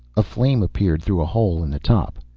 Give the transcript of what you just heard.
a flame appeared through a hole in the top.